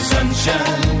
Sunshine